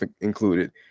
included